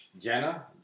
Jenna